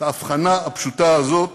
את ההבחנה הפשוטה הזאת